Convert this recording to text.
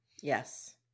Yes